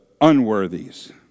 unworthies